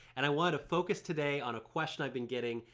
and i want to focus today on a question i've been getting,